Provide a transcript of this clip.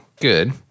Good